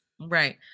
Right